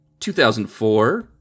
2004